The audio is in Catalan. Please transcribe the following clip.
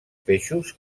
peixos